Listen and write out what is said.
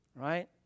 right